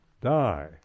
die